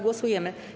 Głosujemy.